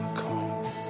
come